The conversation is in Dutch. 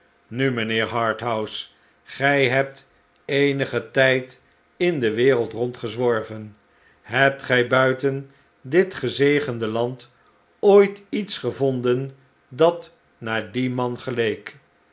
nu mijnheer harthouse gij hebt eenigen tijd in de wereld rondgezworven hebt gij buiten dit gezegende land ooit iets gevonden dat naar dien man geleek